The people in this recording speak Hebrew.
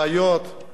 אדוני שר האוצר,